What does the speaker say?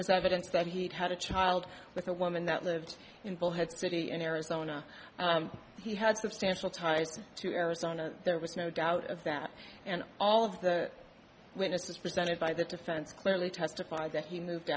was evidence that he had a child with a woman that lived in bullhead city in arizona he had substantial ties to arizona there was no doubt of that and all of the witnesses presented by the defense clearly testified that he moved